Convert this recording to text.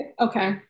okay